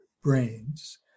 brains